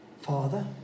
Father